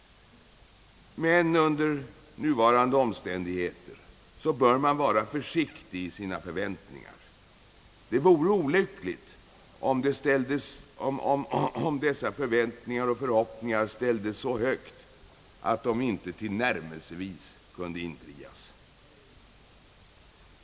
Men under nuvarande omständigheter bör man vara försiktig i sina förväntningar — det vore olyckligt om förväntningarna och förhoppningarna ställdes så högt, att de inte tillnärmelsevis kunde infrias.